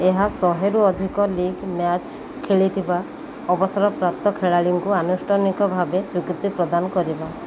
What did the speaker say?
ଏହା ଶହେରୁ ଅଧିକ ଲିଗ୍ ମ୍ୟାଚ୍ ଖେଳିଥିବା ଅବସରପ୍ରାପ୍ତ ଖେଳାଳିଙ୍କୁ ଆନୁଷ୍ଠାନିକ ଭାବେ ସ୍ୱୀକୃତି ପ୍ରଦାନ କରିବା